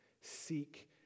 Seek